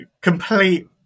complete